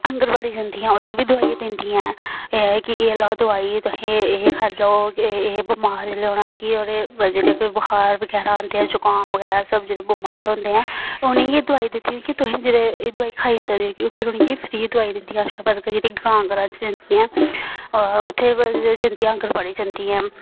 आंगनवाडी जंदियां उत्थे बी दवाइयां दिंदियां ते एह् लैओ दवाई तुहें एह् खाई लैओ एह् एह् बमार जेल्ले होना की ओह्दे जेल्ले कि बखार बगैरा आंदे ऐ जुकाम वगैर सब जेह्ड़े बमार होंदे ऐं उनेंगी एह् दवाई दित्ती दी की तुहें जेह्ड़े एह् दवाई खाई सकदे ते कि उनेंगी फ्री दवाई दिंदी आशावर्कर जेह्ड़े ग्रां ग्रां जंदियां उत्थे जंदियां आंगनवाड़ी जंदियां